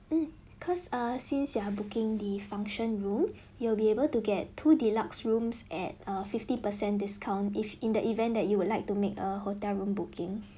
mm because err since you are booking the function room you'll be able to get two deluxe rooms at a fifty percent discount if in the event that you would like to make a hotel room booking